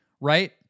right